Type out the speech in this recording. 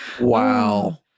Wow